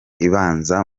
ibanza